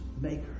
maker